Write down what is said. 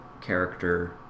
character